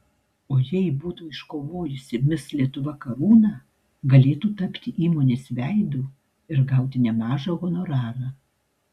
o jei būtų iškovojusi mis lietuva karūną galėtų tapti įmonės veidu ir gauti nemažą honorarą